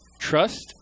Trust